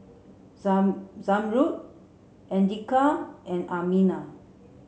Zam Zamrud Andika and Aminah